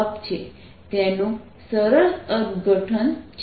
તેનું સરસ અર્થઘટન છે